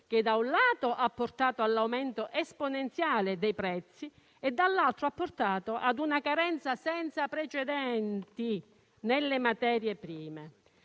che, da un lato, ha portato all'aumento esponenziale dei prezzi e, dall'altro, ha portato ad una carenza senza precedenti nelle materie prime.